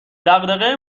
دغدغه